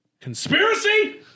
conspiracy